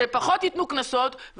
שפחות יתנו קנסות,